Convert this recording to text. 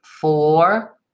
four